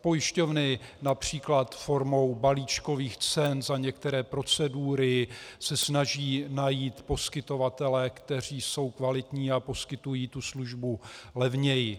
Pojišťovny například formou balíčkových cen za některé procedury se snaží najít poskytovatele, kteří jsou kvalitní a poskytují tu službu levněji.